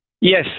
Yes